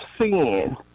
sin